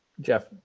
Jeff